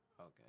Okay